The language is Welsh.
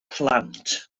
plant